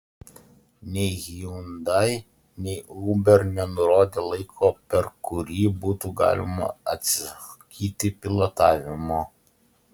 nei hyundai nei uber nenurodė laiko per kurį būtų galima atsisakyti pilotavimo